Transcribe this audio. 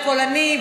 הפולני,